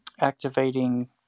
activating